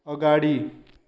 अगाडि